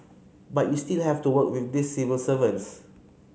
but you still have to work with these civil servants